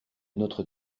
notre